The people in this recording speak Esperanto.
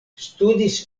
studis